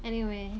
anyway